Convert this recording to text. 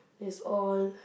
is all